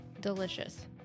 Delicious